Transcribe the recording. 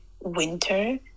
winter